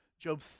Job